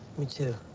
me, too.